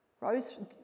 rose